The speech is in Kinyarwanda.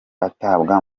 atabwa